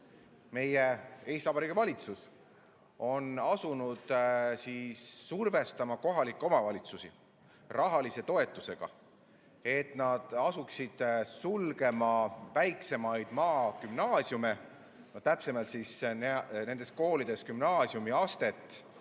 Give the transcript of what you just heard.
meie Eesti Vabariigi valitsus on asunud survestama kohalikke omavalitsusi rahalise toetusega, et nad asuksid sulgema väiksemaid maagümnaasiume, täpsemalt nende koolide gümnaasiumiastet.